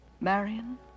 Marion